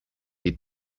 des